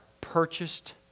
purchased